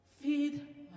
feed